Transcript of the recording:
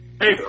Hey